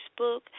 Facebook